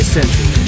Century